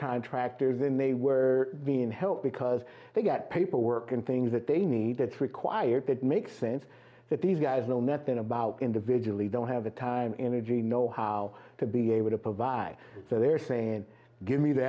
contractors and they were being helped because they get paperwork and things that they need that required that make sense that these guys know nothing about individually don't have the time energy know how to be able to provide so they're saying give me the